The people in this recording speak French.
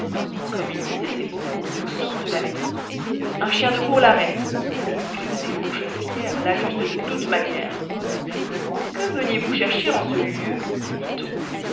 comme il disait ces mots on sort de la maison un chien de cour l'arrête épieux et fourches-fières l'ajustent de toutes manières que veniez-vous chercher en ce lieu lui dit-on